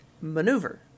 maneuver